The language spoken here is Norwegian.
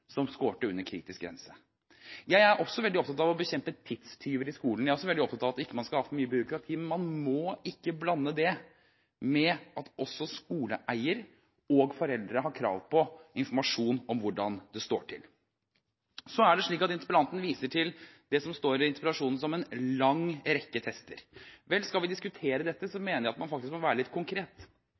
som scoret under kritisk grense. Jeg er også veldig opptatt av å bekjempe tidstyver i skolen. Jeg er også veldig opptatt av at man ikke skal ha for mye byråkrati. Men man må ikke blande det med at også skoleeier og foreldre har krav på informasjon om hvordan det står til. Så viser interpellanten til, som det står i interpellasjonen, «en lang rekke tester». Vel, skal vi diskutere dette mener jeg at man faktisk må være litt konkret.